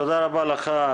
תודה רבה לך,